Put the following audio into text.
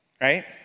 right